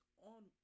on